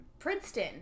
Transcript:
Princeton